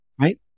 right